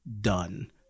done